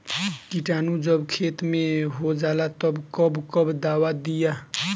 किटानु जब खेत मे होजाला तब कब कब दावा दिया?